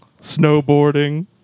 Snowboarding